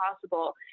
possible